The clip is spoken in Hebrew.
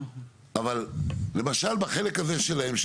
אבל למשל בחלק הזה שלהם,